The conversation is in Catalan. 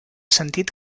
sentit